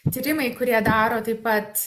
tyrimai kurie daro taip pat